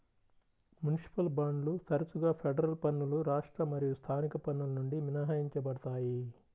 municipal బాండ్లు తరచుగా federal పన్నులు రాష్ట్ర మరియు స్థానిక పన్నుల నుండి మినహాయించబడతాయి